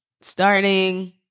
starting